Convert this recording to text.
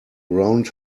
round